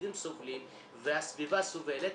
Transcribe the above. הילדים סובלים והסביבה סובלת,